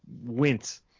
wince